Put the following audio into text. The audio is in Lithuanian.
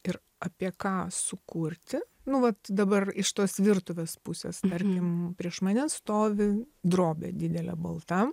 ir apie ką sukurti nu vat dabar iš tos virtuvės pusės tarkim prieš mane stovi drobė didele balta